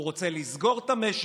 הוא רוצה לסגור את המשק,